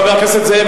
חבר הכנסת זאב,